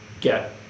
get